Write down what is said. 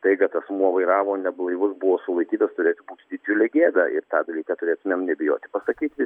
tai kad asmuo vairavo neblaivus buvo sulaikytas turėtų būti didžiulė gėda ir tą dalyką turėtumėm nebijoti pasakyti